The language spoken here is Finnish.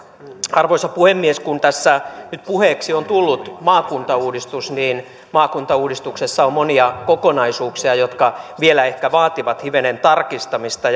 arvoisa puhemies kun tässä nyt puheeksi on tullut maakuntauudistus niin maakuntauudistuksessa on monia kokonaisuuksia jotka vielä ehkä vaativat hivenen tarkistamista